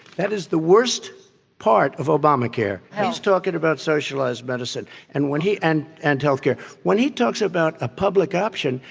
that is the worst part of obamacare. he's talking about socialized medicine, and when he and and health care. when he talks about a public option,